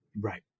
Right